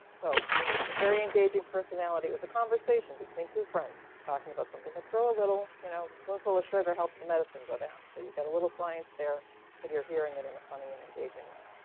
so, and a very engaging personality. it was a conversation between two friends talking about something, but throw a little, you know spoonful of sugar helps the medicine go down. so you've got a little science there but you're hearing it in a funny and engaging way.